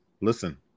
listen